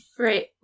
Right